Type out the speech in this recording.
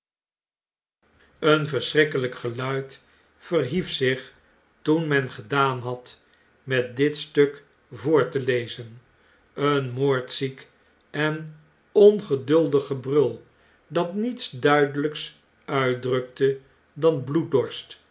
een verschrikkelijk geluid verhief zich toen men gedaan had met dit stuk voor te lezen een moordziek en ongeduldig gebrul dat niets duidelps uitdrukte